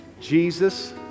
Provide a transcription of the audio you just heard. jesus